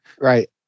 Right